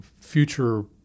future